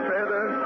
Feather